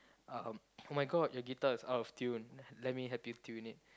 uh oh-my-God your guitar is out of tune let me help you tune it